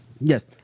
Yes